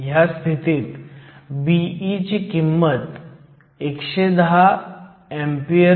तर Le हे 5 मायक्रो मीटरपेक्षा लहान आहे जी p बाजूची लांबी आहे